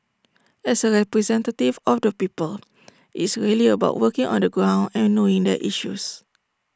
as A representative of the people it's really about working on the ground and knowing their issues